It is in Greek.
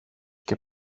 και